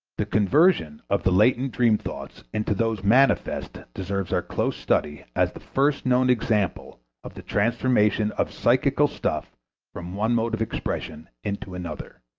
the conversion of the latent dream thoughts into those manifest deserves our close study as the first known example of the transformation of psychical stuff from one mode of expression into another.